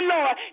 Lord